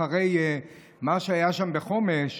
אחרי מה שהיה שם בחומש,